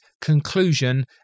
conclusion